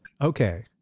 Okay